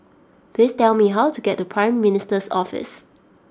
please tell me how to get to Prime Minister's Office